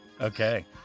Okay